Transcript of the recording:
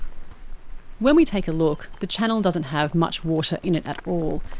when we take a look. the channel doesn't have much water in it at all.